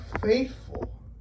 faithful